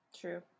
True